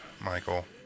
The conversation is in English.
michael